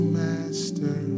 master